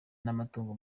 n’amatungo